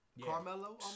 Carmelo